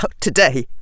today